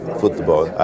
football